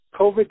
COVID